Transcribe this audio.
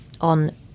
On